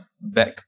back